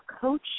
Coach